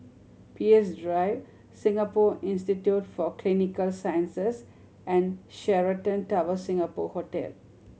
Peirce Drive Singapore Institute for Clinical Sciences and Sheraton Towers Singapore Hotel